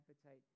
appetite